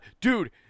Dude